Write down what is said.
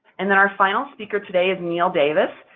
and then, our final speaker, today, is neil davis,